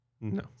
No